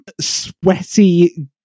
sweaty